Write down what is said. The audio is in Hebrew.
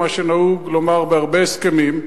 מה שנהוג לומר בהרבה הסכמים,